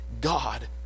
God